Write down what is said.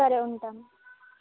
సరే ఉంటాను